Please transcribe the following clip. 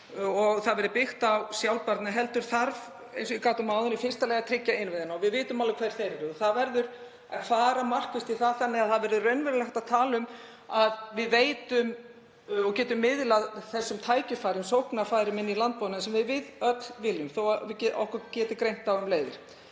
og það verði byggt á sjálfbærni heldur þarf, eins og ég gat um áðan, í fyrsta lagi að tryggja innviðina. Við vitum alveg hverjir þeir eru. Það verður að fara markvisst í það þannig að það verði raunverulega hægt að tala um að við getum miðlað þessum tækifærum, sóknarfærum, inn í landbúnaðinn, sem við viljum öll þó að okkur geti greint á um leiðir.